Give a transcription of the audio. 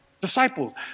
Disciples